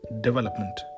development